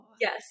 Yes